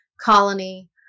colony